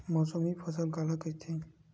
मौसमी फसल काला कइथे?